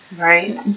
Right